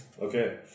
Okay